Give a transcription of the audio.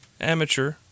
amateur